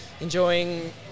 enjoying